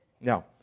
Now